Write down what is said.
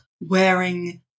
wearing